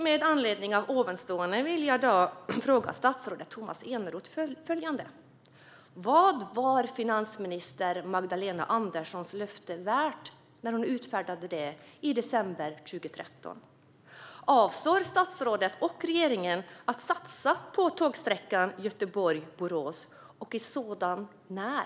Men anledning av detta vill jag fråga statsrådet Tomas Eneroth följande: Vad var finansminister Magdalena Anderssons löfte värt när hon utfärdade det i december 2013? Avser statsrådet och regeringen att satsa på tågsträckan Göteborg-Borås, och i så fall när?